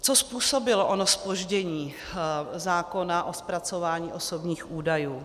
Co způsobilo ono zpoždění zákona o zpracování osobních údajů?